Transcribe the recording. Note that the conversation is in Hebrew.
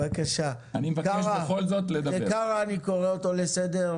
חברת נמל אשדוד תסיים